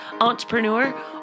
Entrepreneur